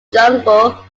jungle